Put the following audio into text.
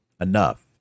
enough